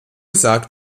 sagt